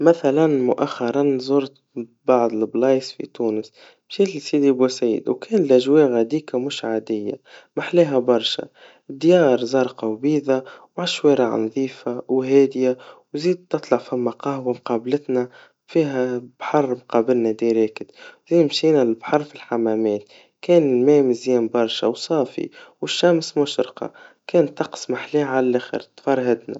مثلاً مؤخراً زورت بعض الأماكن في تونس, مشيت لسيدي بو سعيد وكل الاجواء غاديكا مش عاديا, محلاها برشا, ديار زرقا وبيضا, مع الشوارع نظيفة, وهاديا زاد تطلع ثما قهوا مقابلتنا, فيها بحر مقابلنا مباشرة, فيها مشينا للبحر في الحمامات, كان الما مزيا برشا, وصافي, والشمس مشرقا, كان الطقس محلاه عالآخر, تفرهدنا.